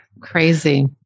Crazy